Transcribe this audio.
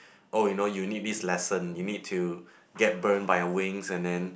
oh you know you need this lesson you need to get burned by your wings and then